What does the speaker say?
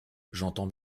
j’entends